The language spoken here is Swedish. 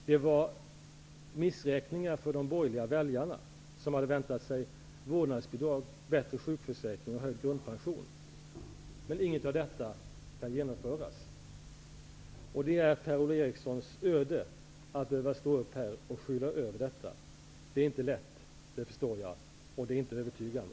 Det var en missräkning för de borgerliga väljarna, som hade väntat sig vårdnadsbidrag, bättre sjukförsäkring och höjd grundpension. Inget av detta kan genomföras. Det är Per-Ola Erikssons öde att stå här och skyla över detta. Jag förstår att det inte är lätt, och det är inte övertygande.